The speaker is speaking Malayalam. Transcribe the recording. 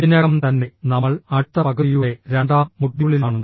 ഇതിനകം തന്നെ നമ്മൾ അടുത്ത പകുതിയുടെ രണ്ടാം മൊഡ്യൂളിലാണ്